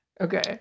Okay